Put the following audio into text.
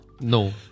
No